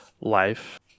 life